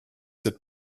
cette